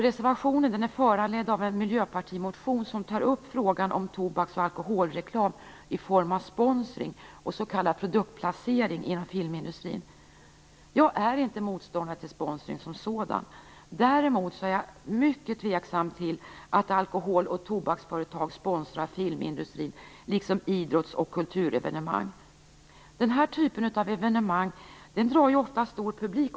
Reservationen är föranledd av en miljöpartimotion där man tar upp frågan om tobaks och alkoholreklam i form av sponsring och s.k. produktplacering inom filmindustrin. Jag är inte motståndare till sponsring som sådan. Däremot är jag mycket tveksam till att alkohol och tobaksföretag sponsrar filmindustrin samt idrotts och kulturevenemang. Den typen av evenemang drar ofta stor publik.